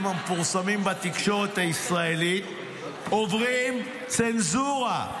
המפורסמים בתקשורת הישראלית עוברים צנזורה,